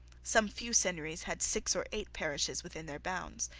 some few seigneuries had six or eight parishes within their bounds.